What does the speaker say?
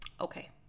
okay